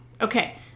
Okay